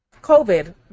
COVID